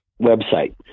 website